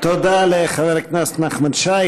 תודה לחבר הכנסת נחמן שי.